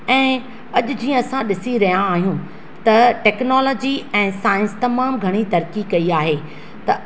ऐं अॼु जीअं असां ॾिसी रहिया आहियूं त टेक्नोलॉजी ऐं साइंस तमामु घणी तरक़ी कई आहे त